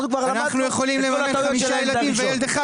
כבר למדנו את כל הטעויות של הילד הראשון.